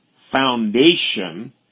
foundation